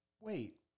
wait